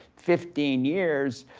fifteen years,